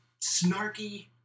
snarky